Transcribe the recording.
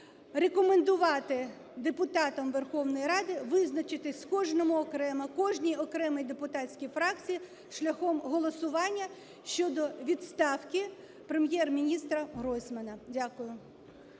рекомендувати депутатам Верховної Ради визначитися кожному окремо, кожній депутатській фракції шляхом голосування щодо відставки Прем'єр-міністра Гройсмана.